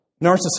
narcissism